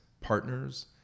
partners